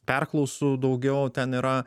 perklausų daugiau ten yra